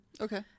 Okay